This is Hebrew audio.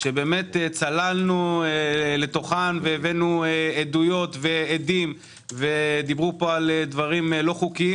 שצללנו לתוכן והבאנו עדויות ועדים ודיברו פה על דברים לא חוקיים,